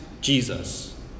Jesus